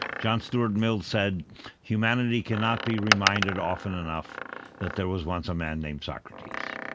john stewart mill said humanity cannot be reminded often enough that there was once a man named socrates,